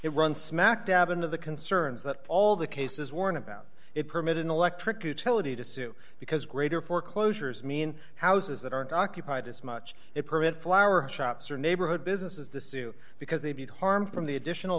it runs smack dab into the concerns that all the cases warn about it permitted electric utility to sue because greater foreclosures mean houses that aren't occupied as much it permit flower shops or neighborhood businesses to suit because they viewed harm from the additional